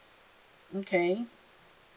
okay